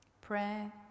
Prayer